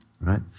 right